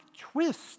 twist